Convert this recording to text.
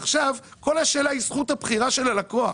עכשיו, כל השאלה היא זכות הבחירה של הלקוח.